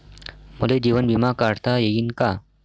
मले जीवन बिमा काढता येईन का?